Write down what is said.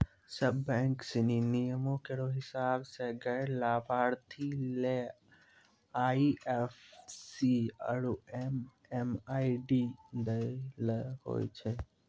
सब बैंक सिनी नियमो केरो हिसाब सें गैर लाभार्थी ले आई एफ सी आरु एम.एम.आई.डी दै ल होय छै